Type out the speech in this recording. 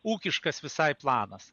ūkiškas visai planas